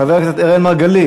חבר הכנסת אראל מרגלית.